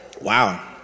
Wow